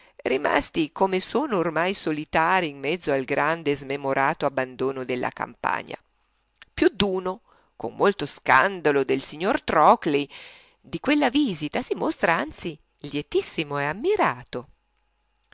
rimasti come sono ormai solitari in mezzo al grande e smemorato abbandono della campagna più d'uno con molto scandalo del signor trockley di quella vista si mostra anzi lietissimo e ammirato